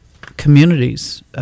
communities